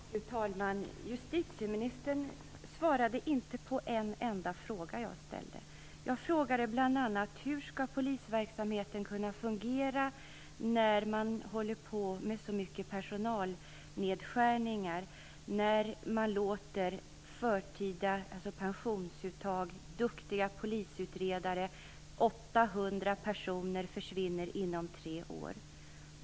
Fru talman! Justitieministern svarade inte på en enda av de frågor som jag ställde. Jag frågade bl.a. hur polisverksamheten skall kunna fungera när det görs så mycket personalnedskärningar och när 800 duktiga polisutredare försvinner inom tre år genom förtida pensionsuttag.